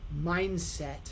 mindset